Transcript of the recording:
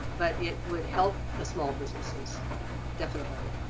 but it would help the small businesses definitely.